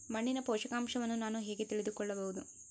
ಮಣ್ಣಿನ ಪೋಷಕಾಂಶವನ್ನು ನಾನು ಹೇಗೆ ತಿಳಿದುಕೊಳ್ಳಬಹುದು?